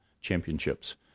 championships